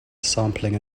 sampling